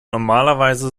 normalerweise